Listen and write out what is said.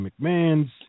McMahons